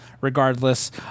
regardless